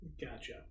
Gotcha